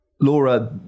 Laura